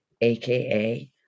AKA